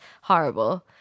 horrible